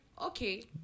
okay